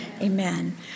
Amen